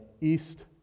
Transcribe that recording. east